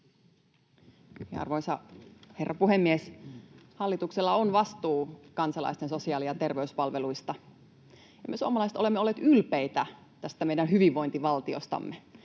Arvoisa herra puhemies! Hallituksella on vastuu kansalaisten sosiaali- ja terveyspalveluista, ja me suomalaiset olemme olleet ylpeitä tästä meidän hyvinvointivaltiostamme.